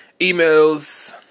emails